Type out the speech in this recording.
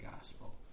gospel